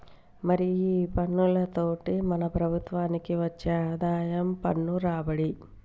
మరి ఈ పన్నులతోటి మన ప్రభుత్వనికి వచ్చే ఆదాయం పన్ను రాబడి